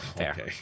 okay